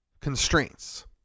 constraints